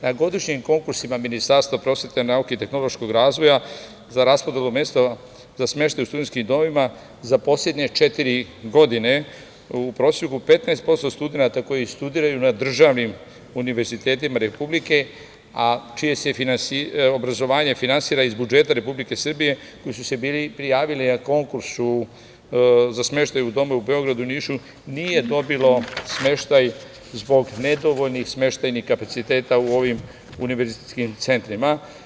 Na godišnjim konkursima Ministarstva prosvete, nauke i tehnološkog razvoja za raspodelu mesta za smeštaj u studentskim domovima za poslednje četiri godine u proseku 15% studenata koji studiraju na državnim univerzitetima republike, a čiji se obrazovanje finansira iz budžeta Republike Srbije, koji su se bili prijavili na konkurs za smeštaj u domove u Beogradu i Nišu, nije dobilo smeštaj zbog nedovoljnih smeštajnih kapaciteta u ovim univerzitetskim centrima.